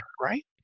right